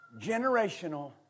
Generational